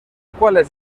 cuales